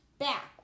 back